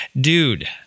Dude